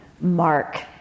mark